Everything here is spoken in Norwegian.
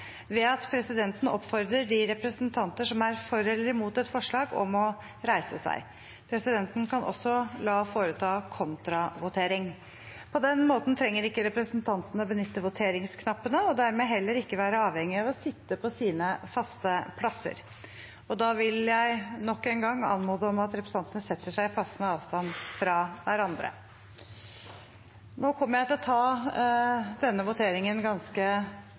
at presidenten oppfordrer de representanter som er for eller imot et forslag, om å reise seg. Presidenten kan også la foreta kontravotering.» På den måten trenger ikke representantene benytte voteringsknappene, og dermed heller ikke være avhengig av å sitte på sine faste plasser. Presidenten vil nok en gang anmode om at representantene setter seg i passende avstand fra hverandre. Presidenten kommer til å ta denne voteringen ganske